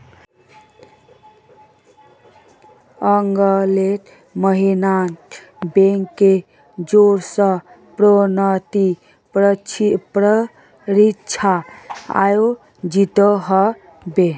अगले महिनात बैंकेर ओर स प्रोन्नति परीक्षा आयोजित ह बे